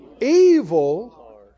Evil